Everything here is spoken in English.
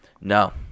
No